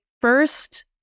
first